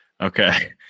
Okay